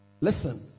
Listen